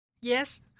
Yes